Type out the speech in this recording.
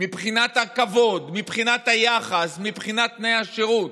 מבחינת הכבוד, מבחינת היחס, מבחינת תנאי השירות.